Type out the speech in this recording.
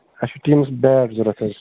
اَسہِ چھُ teams beat ضوٚرت حظ